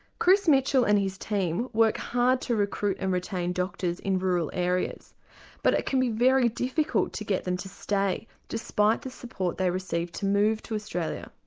chris mitchell and his team work hard to recruit and retain doctors in rural areas but it can be very difficult to get them to stay despite the support they receive to move to australia.